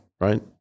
right